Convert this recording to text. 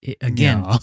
again